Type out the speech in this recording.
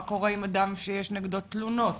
מה קורה עם אדם שיש נגדו תלונות?